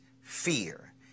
fear